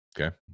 Okay